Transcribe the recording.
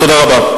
תודה רבה.